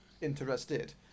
interested